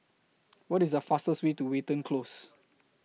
What IS The fastest Way to Watten Close